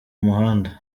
umuhanda